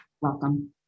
welcome